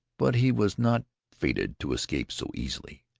but he was not fated to escape so easily.